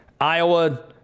Iowa